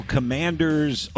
Commander's